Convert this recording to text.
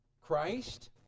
Christ